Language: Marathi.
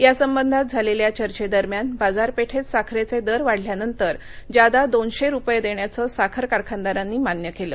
यासंबंधात झालेल्या चर्चेदरम्यान बाजारपेठेत साखरेचे दर वाढल्यानंतर जादा दोनशे रुपये देण्याचं साखर कारखानदारांनी मान्य केलं